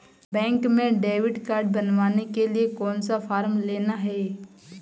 Bank में debit card बनवाने के लिए कौन सा फॉर्म लेना है?